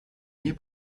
nie